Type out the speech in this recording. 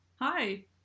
Hi